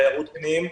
תיירות פנים.